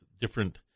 different